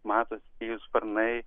matosi jų sparnai